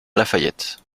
lafayette